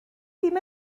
ddim